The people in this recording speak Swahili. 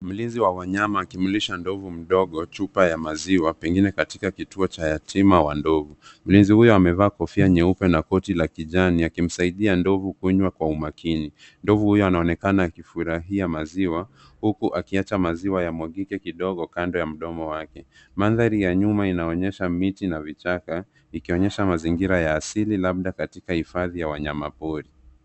Mlinzi wa wanyama akimlisha ndovu mdogo chupa ya maziwa pengine katika kituo cha yatima wa ndovu. Mlinzi huyu amevaa kofia nyeupe na koti la kijani akimsaidia ndovu kunywa kwa umakini. Ndovu huyu anaonekana akifurahia maziwa huku akiacha maziwa yamwagike kidogo kando ya mdomo wake. Mandhari ya nyuma inaonyesha miti na vichaka ikionyesha mazingira ya asili labda katika hifadhi ya wanyama pori.